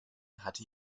hatte